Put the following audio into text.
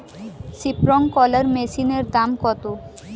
Sprinkler মেশিনের দাম কত?